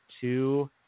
two